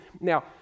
Now